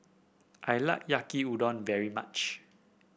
I like Yaki Udon very much